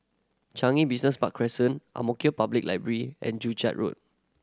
Changi Business Park Crescent Ang Mo Kio Public Library and Joo Chiat Road